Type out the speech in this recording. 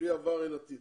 בלי עבר אין עתיד.